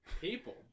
People